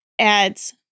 adds